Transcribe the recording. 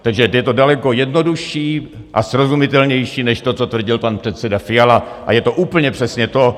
Takže je to daleko jednodušší a srozumitelnější než to, co tvrdil pan předseda Fiala, a je to úplně přesně to